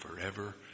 forever